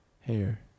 hair